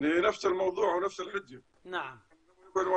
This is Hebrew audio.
הרי שאף אחד לא מקשיב לאחרים, כל אחד פונה